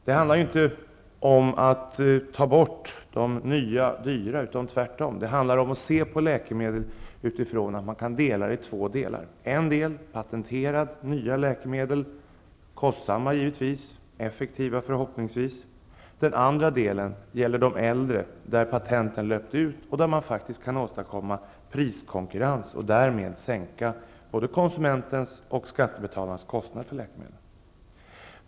Det handlar inte om att ta bort de nya dyra läkemedlen. Det handlar om att se på läkemedlen utifrån det faktum att man kan dela upp dem i två delar. En del består av patenterade nya läkemedel -- givetvis kostsamma, men förhoppningsvis effektiva. Den andra delen består av de äldre läkemedlen för vilka patenten löpt ut och där man faktiskt kan åstadkomma priskonkurrens, och därmed sänka både konsumentens och skattebetalarnas kostnader för läkemedel.